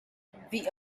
the